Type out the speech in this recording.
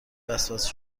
وسوسه